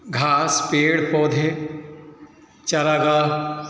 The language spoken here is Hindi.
घास पेड़ पौधे चारागाह